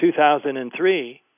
2003